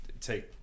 take